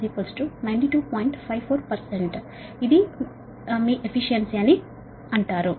దీనిని మీరు ఎఫిషియన్సీ అని అంటారు